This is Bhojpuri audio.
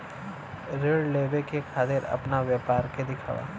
ऋण लेवे के खातिर अपना व्यापार के दिखावा?